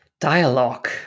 dialogue